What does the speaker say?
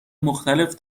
مختلف